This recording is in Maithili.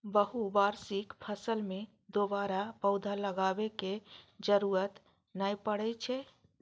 बहुवार्षिक फसल मे दोबारा पौधा लगाबै के जरूरत नै पड़ै छै